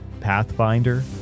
Pathfinder